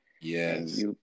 Yes